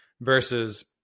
versus